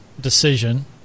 decision